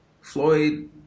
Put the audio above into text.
Floyd